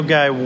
Guy